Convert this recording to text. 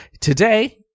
Today